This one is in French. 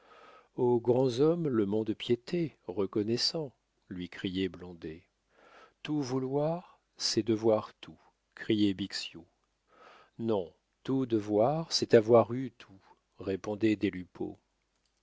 grands hommes le mont-de-piété reconnaissant lui criait blondet tout vouloir c'est devoir tout criait bixiou non tout devoir c'est avoir eu tout répondait